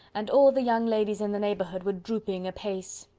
and all the young ladies in the neighbourhood were drooping apace.